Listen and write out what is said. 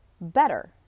better